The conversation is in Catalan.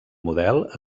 model